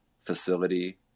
facility